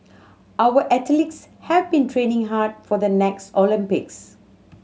our athletes have been training hard for the next Olympics